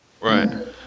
Right